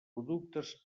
productes